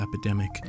epidemic